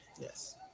Yes